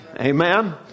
amen